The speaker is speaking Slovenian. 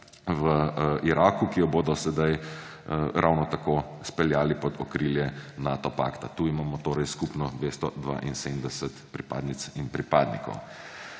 v Iraku, ki jo bodo sedaj ravno tako speljali pod okrilje Nato pakta. Tu imamo torej skupno 272 pripadnic in pripadnikov.